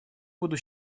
буду